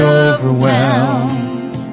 overwhelmed